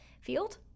field